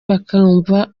bakumva